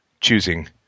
choosing